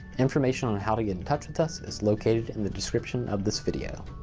information on how to get in touch with us is located in the description of this video.